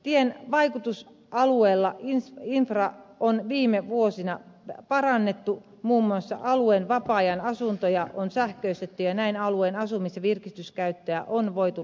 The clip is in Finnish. tien vaikutusalueella infraa on viime vuosina parannettu muun muassa alueen vapaa ajan asuntoja on sähköistetty ja näin alueen asumis ja virkistyskäyttöä on voitu lisätä